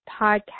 Podcast